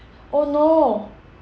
oh no